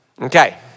Okay